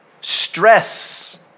Stress